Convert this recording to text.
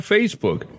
Facebook